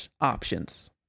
options